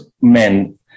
men